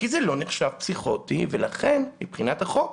כי זה לא נחשב פסיכוטי, ולכן מבחינת החוק